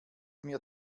mir